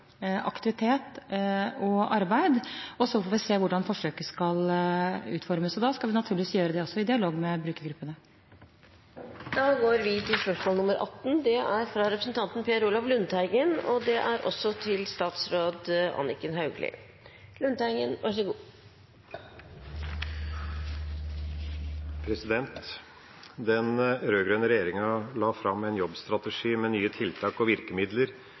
aktivitet og arbeid, og så får vi se hvordan forsøket skal utformes. Da skal vi naturligvis gjøre det også i dialog med brukergruppene. Da går vi til spørsmål 18. «Den rød-grønne regjeringa la fram en jobbstrategi med nye tiltak og